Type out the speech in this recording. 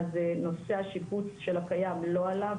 אז נושא השיפוץ של הקיים לא עלה,